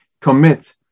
commit